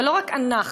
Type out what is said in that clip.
ולא רק אנחנו,